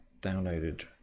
downloaded